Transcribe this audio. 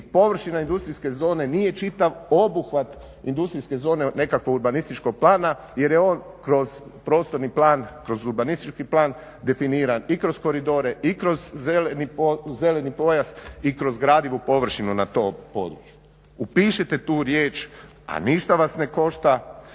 površina industrijske zone nije čitav obuhvat industrijske zone nekakvog urbanističkog plana jer je on kroz prostorni i urbanistički plan definiran i kroz koridore i kroz zeleni pojas i kroz gradivu površinu na tom području. Upišite tu riječ a ništa vas ne košta,